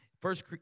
First